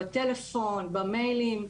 בטלפון ובמיילים,